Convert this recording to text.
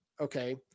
okay